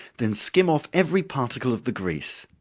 then skim off every particle of the grease.